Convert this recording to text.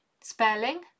Spelling